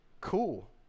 cool